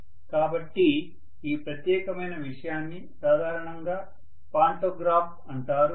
కాబట్టి ఈ ప్రత్యేకమైన విషయాన్ని సాధారణంగా పాంటోగ్రాఫ్ అంటారు